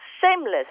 shameless